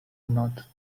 not